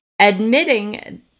admitting